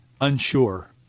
unsure